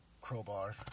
crowbar